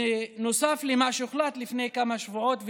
נוסף על מה שהוחלט לפני כמה שבועות,